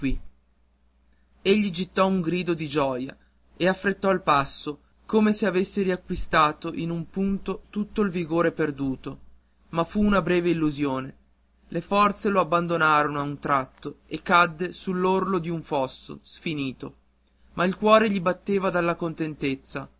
un grido di gioia e affrettò il passo come se avesse riacquistato in un punto tutto il vigore perduto ma fu una breve illusione le forze lo abbandonarono a un tratto e cadde sull'orlo d'un fosso sfinito ma il cuore gli batteva dalla contentezza